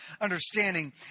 understanding